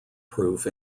proof